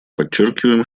подчеркиваем